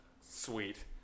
sweet